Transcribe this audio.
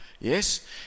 Yes